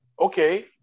okay